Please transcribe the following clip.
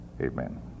Amen